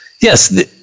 yes